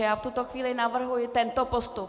V tuto chvíli navrhuji tento postup.